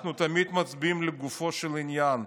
אנחנו תמיד מצביעים לגופו של עניין.